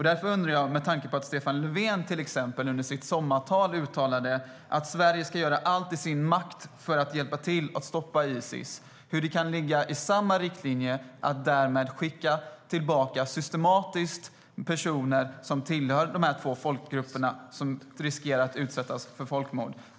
Därför undrar jag, med tanke på att Stefan Löfven till exempel under sitt sommartal uttalade att Sverige ska göra allt i sin makt för att hjälpa till att stoppa Isis, hur det kan ligga i samma riktlinje att systematiskt skicka tillbaka personer som tillhör de här två folkgrupperna, som riskerar att utsättas för folkmord.